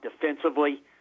defensively